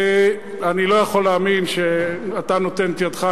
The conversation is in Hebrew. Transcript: ואני לא יכול להאמין שאתה נותן את ידך,